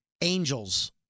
angels